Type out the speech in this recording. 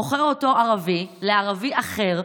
ערבי מוכר אותו לערבי אחר,